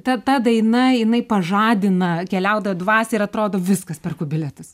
ta ta daina jinai pažadina keliautojo dvasią ir atrodo viskas perku bilietus